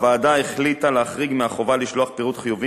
הוועדה החליטה להחריג מהחובה לשלוח פירוט חיובים